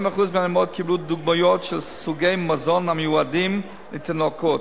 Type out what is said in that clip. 80% מהאמהות קיבלו דוגמיות של סוגי מזון המיועדים לתינוקות.